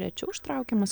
rečiau ištraukiamas